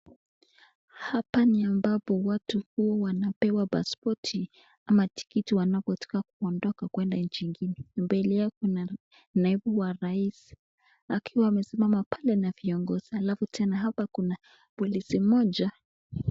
Hapa ni ambapo watu huwa wanapewa pasipoti ama tiketi wanapotaka kuondoka kuenda nchi ingine. Mbele yake kuna naibu wa rais, akiwa amesimama pale na viongozi, alafu tena hapa kuna polisi mmoja.